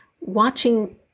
watching